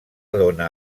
dóna